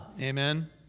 Amen